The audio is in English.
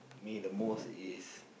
me the most is